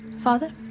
Father